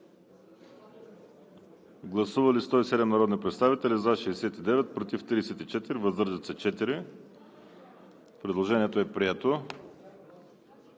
Гласували 112 народни представители: за 18, против 9, въздържали се 85. Предложението не е прието.